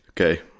Okay